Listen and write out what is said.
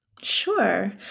Sure